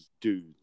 dudes